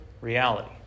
reality